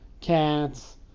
cats